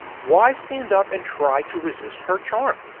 why stand up and try to resist her charm?